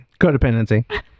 codependency